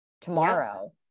tomorrow